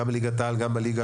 גם ליגת העל וגם הליגות